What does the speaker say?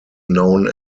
known